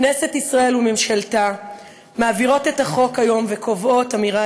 כנסת ישראל וממשלתה מעבירות את החוק היום וקובעות אמירה